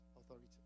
authority